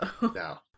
No